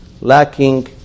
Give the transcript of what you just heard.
lacking